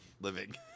living